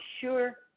sure